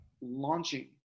launching